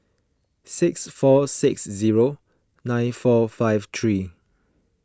six four six zero nine four five three